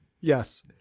Yes